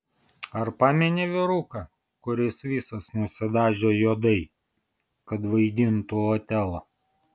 ar pameni vyruką kuris visas nusidažė juodai kad vaidintų otelą